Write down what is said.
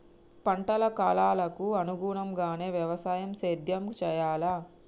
పంటల కాలాలకు అనుగుణంగానే వ్యవసాయ సేద్యం చెయ్యాలా?